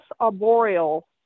arboreal